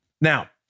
Now